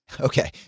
Okay